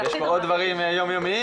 יש עוד דברים יומיומיים.